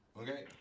okay